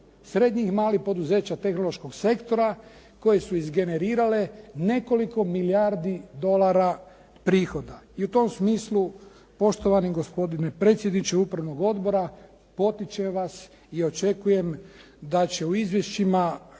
srednjih i malih poduzeća tehnološkog sektora koje su izgenerirale nekoliko milijardi dolara prihoda. I u tom smislu poštovani gospodine predsjedniče upravnog odbora potičem vas i očekujem da će u izvješćima